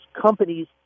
companies